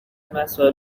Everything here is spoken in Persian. مسائل